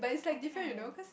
I think either